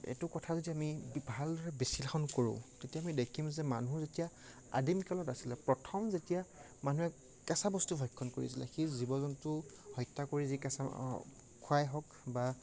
এইটো কথা আমি ভালদৰে যদি বিশ্লেষণ কৰোঁ তেতিয়া আমি দেখিম যে মানুহ যেতিয়া আদিম কালত আছিলে প্ৰথম যেতিয়া মানুহে কেঁচা বস্তু ভক্ষণ কৰিছিলে সেই জীৱ জন্তু হত্যা কৰি কেঁচা খোৱাই হওক বা